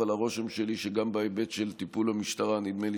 אבל הרושם שלי שגם בהיבט של טיפול המשטרה נדמה לי